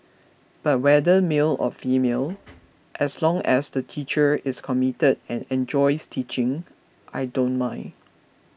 but whether male or female as long as the teacher is committed and enjoys teaching I don't mind